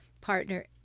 partner